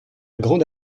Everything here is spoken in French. grande